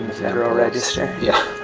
federal register? yeah,